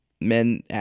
men